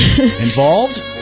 involved